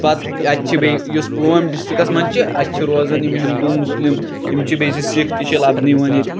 پَتہٕ اَتہِ چھِ بیٚیہِ یُس پُلوٲمۍ ڈِسٹرکَس منٛز چھِ اَتہِ چھِ روزان یِم ہِندوٗ مُسلِم یِم چھِ بیٚیہِ سِکھ تہِ چھِ لبنہٕ یِوان ییٚتہِ